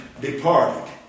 departed